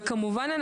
כמובן,